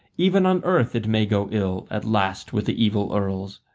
even on earth, it may go ill at last with the evil earls.